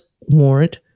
warrant